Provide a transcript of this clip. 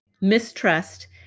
mistrust